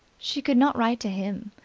she could not write to him.